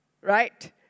Right